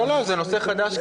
לא לא, זה נושא חדש.